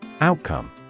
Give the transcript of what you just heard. Outcome